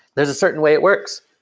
there's a certain way it works.